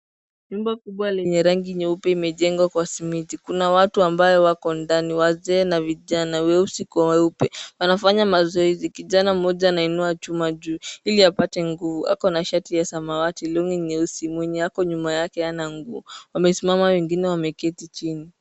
Jumba kubwa lenye rangi nyeupe imejengwa kwa simiti kuna watu ambao wako ndani vijana kwa wazee mweusi kwa weupe wanafanya mazoezi. Kijana mmoja anainua chuma juu ili apate nguvu. Ako na shati ya samawati [cs ] longi'[cs ] nyeusi. Mwenye ako nyuma yake hana nguo. Wamesimama wengine wameketi chini.